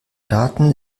daten